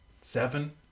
seven